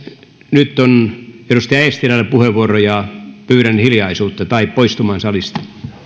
nyt on edustaja eestilällä puheenvuoro pyydän hiljaisuutta tai poistumaan salista